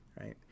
right